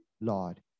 Lord